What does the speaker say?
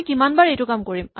আমি কিমান বাৰ এইটো কাম কৰিম